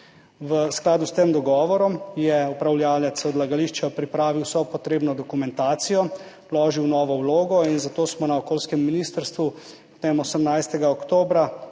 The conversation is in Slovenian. V skladu s tem dogovorom je upravljalec odlagališča pripravil vso potrebno dokumentacijo, vložil novo vlogo in zato smo potem na Ministrstvu za okolje